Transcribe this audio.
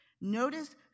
Notice